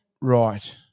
Right